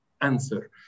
answer